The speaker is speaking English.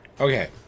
okay